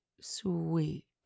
sweet